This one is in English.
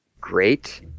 great